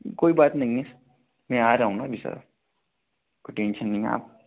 कोई बात नहीं मैं आ रहा हूँ ना अभी सर तो टेंशन नहीं